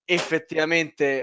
effettivamente